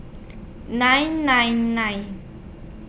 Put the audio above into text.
nine nine nine